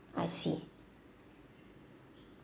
I see